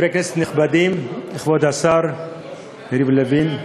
חברי כנסת נכבדים, כבוד השר יריב לוין,